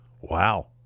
Wow